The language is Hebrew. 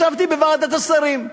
ישבתי בוועדת השרים,